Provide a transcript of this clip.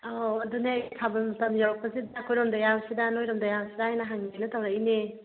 ꯑꯧ ꯑꯗꯨꯅꯦ ꯊꯥꯕꯜ ꯃꯇꯝ ꯌꯧꯔꯛꯄꯁꯤꯗ ꯑꯩꯈꯣꯏꯔꯣꯝꯗ ꯌꯥꯎꯁꯤꯔꯥ ꯅꯣꯏꯔꯣꯝꯗ ꯌꯥꯎꯁꯤꯔꯥꯅ ꯍꯪꯒꯦꯅ ꯇꯧꯔꯛꯏꯅꯦ